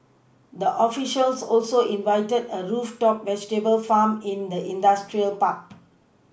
the officials also visited a rooftop vegetable farm in the industrial park